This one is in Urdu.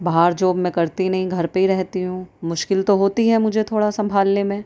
باہر جاب میں کرتی نہیں گھر پہ ہی رہتی ہوں مشکل تو ہوتی ہے مجھے تھوڑا سنبھالنے میں